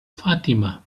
fatima